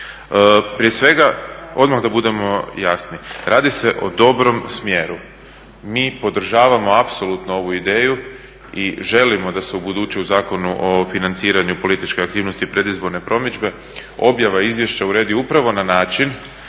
Prije svega odmah da budemo jasni radi se o dobrom smjeru, mi podržavamo apsolutno ovu ideju i želimo da se ubuduće u Zakonu o financiranju političke aktivnosti i predizborne promidžbe objave izvješća urede upravo na način